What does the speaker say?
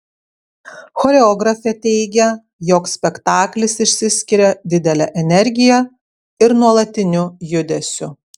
choreografė teigia jog spektaklis išsiskiria didele energija ir nuolatiniu judesiu